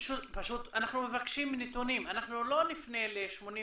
אנחנו מבקשים נתונים, אנחנו לא נפנה ל-85